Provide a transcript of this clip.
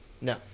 No